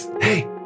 hey